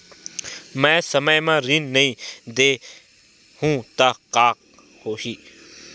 मैं समय म ऋण नहीं देहु त का होही